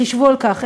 חשבו על כך,